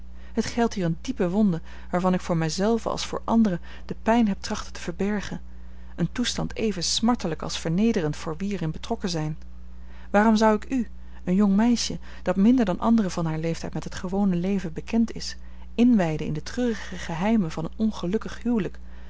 het geldt hier eene diepe wonde waarvan ik voor mij zelven als voor anderen de pijn heb trachten te verbergen een toestand even smartelijk als vernederend voor wie er in betrokken zijn waarom zou ik u een jong meisje dat minder dan anderen van haar leeftijd met het gewone leven bekend is inwijden in de treurige geheimen van een ongelukkig huwelijk